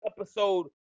episode